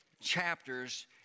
chapters